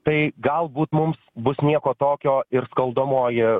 tai galbūt mums bus nieko tokio ir skaldomoji